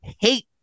hate